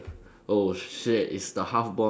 oh shit it's the half born